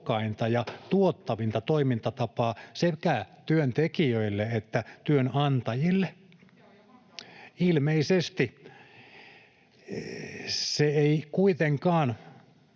ja tuottavinta toimintatapaa sekä työntekijöille että työnantajille? [Niina Malm: Se on